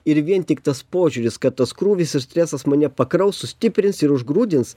ir vien tik tas požiūris kad tas krūvis ir stresas mane pakraus sustiprins ir užgrūdins